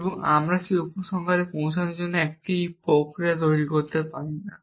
এবং আমি সেই উপসংহারে পৌঁছানোর জন্য একটি প্রক্রিয়া তৈরি করতে পারি না